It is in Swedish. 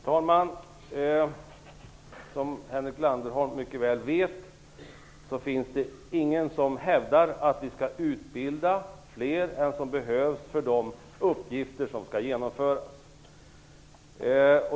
Herr talman! Som Henrik Landerholm mycket väl vet finns det ingen som hävdar att vi skall utbilda fler än vad som behövs för de uppgifter som skall genomföras.